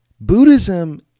Buddhism